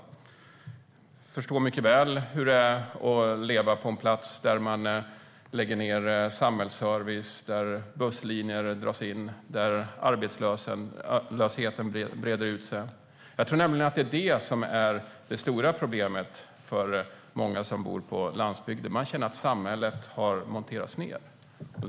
Jag förstår mycket väl hur det är att leva på en plats där man lägger ned samhällsservice, där busslinjer dras in och där arbetslösheten breder ut sig. Jag tror nämligen att det är det som är det stora problemet för många som bor på landsbygden: Man känner att samhället har monterats ned.